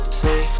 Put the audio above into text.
say